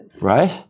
Right